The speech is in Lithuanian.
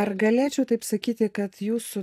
ar galėčiau taip sakyti kad jūsų